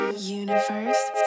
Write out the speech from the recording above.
Universe